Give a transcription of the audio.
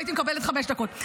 והייתי מקבלת חמש דקות.